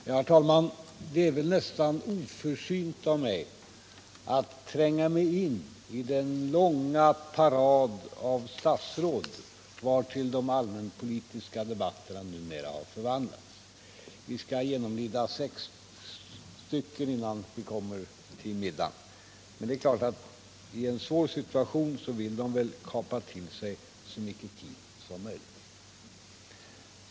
Herr talman! Det är nästan oförsynt av mig att tränga mig in i den långa parad av statsråd, vartill de allmänpolitiska debatterna numera har förvandlats. Vi skall genomlida sex stycken innan vi kommer till middag. Det är klart att i en svår situation vill de väl kapa till sig så mycket tid som möjligt.